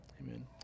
amen